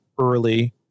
early